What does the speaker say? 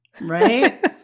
right